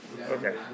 Okay